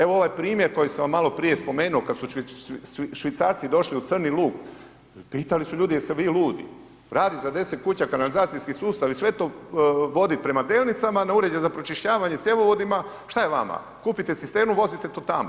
Evo ovaj primjer koji sam vam maloprije spomenuo kad su Švicarci došli u Crni Lug, pitali su ljudi jeste li vi ludi, radi za 10 kuća kanalizacijski sustav i sve to vodi prema Delnicama, a ne uređaj o pročišćavanje cjevovodima, šta je vama, kupite cisternu, vozite to tamo.